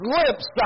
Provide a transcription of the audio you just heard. lips